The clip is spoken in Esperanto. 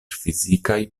fizikaj